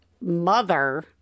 mother